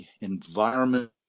environment